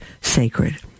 sacred